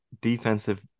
defensive